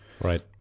Right